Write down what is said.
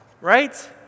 right